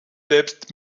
selbst